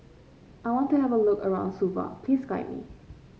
I want to have a look around Suva please guide me